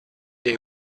des